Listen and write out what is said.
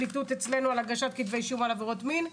מבחינת הגשת כתבי אישום על עבירות מין,